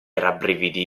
rabbrividì